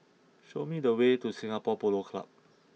show me the way to Singapore Polo Club